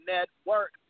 Network